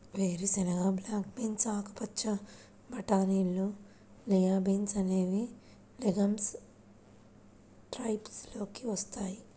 వేరుశెనగ, black beans, ఆకుపచ్చ బటానీలు, లిమా బీన్స్ అనేవి లెగమ్స్ టైప్స్ లోకి వస్తాయి